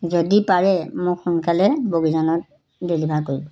যদি পাৰে মোক সোনকালে বগিজানত ডেলিভাৰ কৰিব